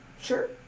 Sure